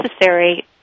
necessary